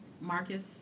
Marcus